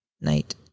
night